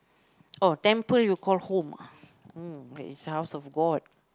oh temple you call home ah oh that is house of god